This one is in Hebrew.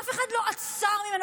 אף אחד לא עצר אותו.